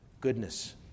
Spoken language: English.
goodness